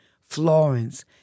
Florence